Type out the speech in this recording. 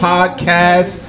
Podcast